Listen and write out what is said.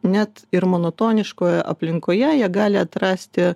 net ir monotoniškoje aplinkoje jie gali atrasti